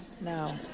No